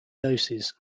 doses